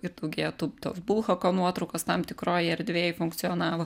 ir daugėja tų tos bulhako nuotraukos tam tikroj erdvėj funkcionavo